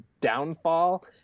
downfall